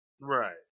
Right